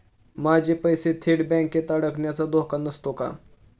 माझे पैसे थेट बँकेत अडकण्याचा धोका नसतो का?